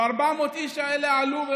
ו-400 האיש האלה עלו.